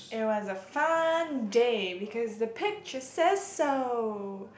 it was a fun day because the picture say so